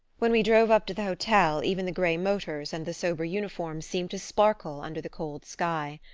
when we drove up to the hotel even the grey motors and the sober uniforms seemed to sparkle under the cold sky.